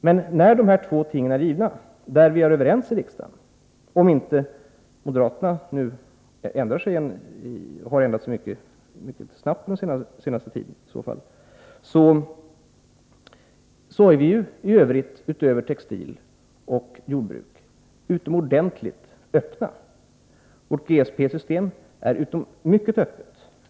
Men när dessa två ting är givna, där vi är överens i riksdagen - om nu moderaterna inte ändrat sig mycket snabbt under den senaste tiden —, så är vi utöver textil och jordbruk utomordentligt öppna. Vårt GSP-system är mycket öppet.